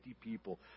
people